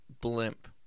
blimp